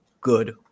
good